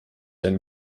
ein